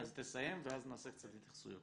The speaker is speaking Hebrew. תסיים ואז נשמע קצת התייחסויות.